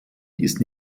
ist